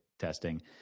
testing